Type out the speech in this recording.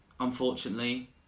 Unfortunately